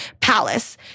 palace